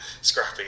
scrappy